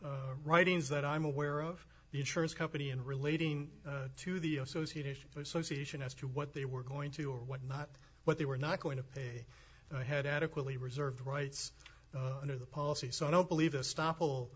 writings that i'm aware of the insurance company and relating to the association association as to what they were going to or what not what they were not going to pay had adequately reserved rights under the policy so i don't believe the stop